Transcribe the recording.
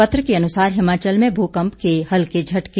पत्र के अनुसार हिमाचल में भूकंप के हल्के झटके